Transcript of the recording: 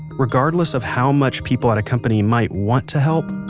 regardless of how much people at a company might want to help,